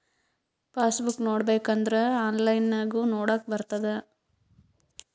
pass book ನೋಡ್ಬೇಕ್ ಅಂದುರ್ online ನಾಗು ನೊಡ್ಲಾಕ್ ಬರ್ತುದ್